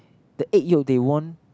the egg yolk they won't